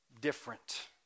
different